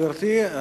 תודה, גברתי.